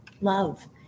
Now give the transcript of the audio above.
love